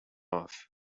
off